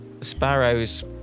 sparrow's